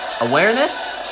Awareness